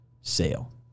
sale